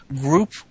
group